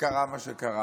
וקרה מה שקרה.